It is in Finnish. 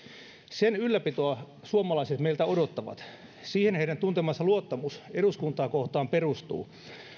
sen ylläpitoa suomalaiset meiltä odottavat siihen heidän tuntemansa luottamus eduskuntaa kohtaan perustuu